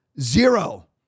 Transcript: zero